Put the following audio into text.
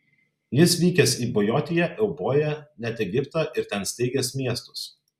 jis vykęs į bojotiją euboją net egiptą ir ten steigęs miestus